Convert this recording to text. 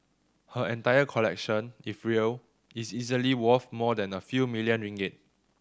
her entire collection if real is easily worth more than a few million ringgit